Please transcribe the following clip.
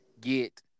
get